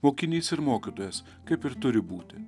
mokinys ir mokytojas kaip ir turi būti